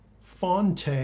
Fonte